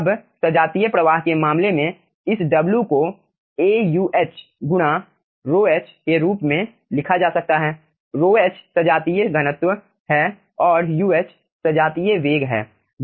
अब सजातीय प्रवाह के मामले में इस W को AUh गुणा ρh के रूप में लिखा जा सकता है ρh सजातीय घनत्व है और Uh सजातीय वेग है